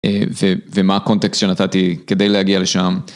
ומה הקונטקסט שנתתי כדי להגיע לשם.